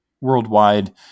worldwide